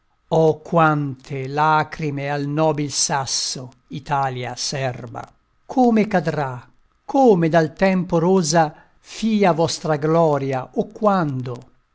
oh quante lacrime al nobil sasso italia serba come cadrà come dal tempo rosa fia vostra gloria o quando